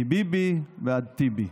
מביבי ועד טיבי.